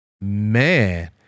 man